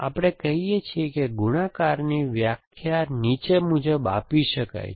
આપણે કહીએ છીએ કે ગુણાકારની વ્યાખ્યા નીચે મુજબ આપી શકાય છે